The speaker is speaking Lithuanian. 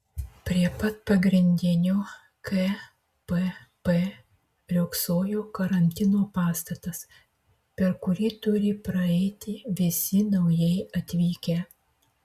prie pat pagrindinio kpp riogsojo karantino pastatas per kurį turi praeiti visi naujai atvykę